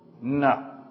No